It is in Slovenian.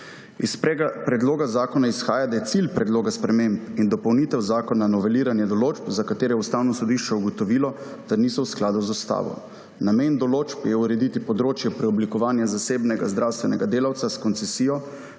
Iz predloga zakona izhaja, da je cilj predloga sprememb in dopolnitev zakona noveliranje določb, za katere je Ustavno sodišče ugotovilo, da niso v skladu z ustavo. Namen določb je urediti področje preoblikovanja zasebnega zdravstvenega delavca s koncesijo